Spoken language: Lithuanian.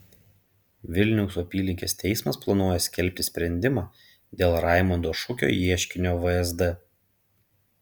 vilniaus apylinkės teismas planuoja skelbti sprendimą dėl raimondo šukio ieškinio vsd